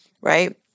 right